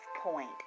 point